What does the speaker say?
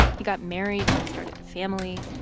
he got married, started a family,